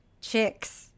chicks